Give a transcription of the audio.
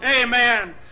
Amen